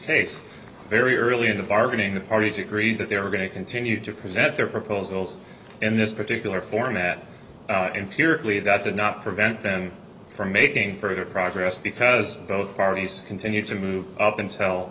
case very early in the bargaining the parties agreed that they were going to continue to present their proposals in this particular format incurably that did not prevent them from making further progress because both parties continued to move up until